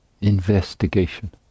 Investigation